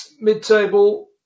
mid-table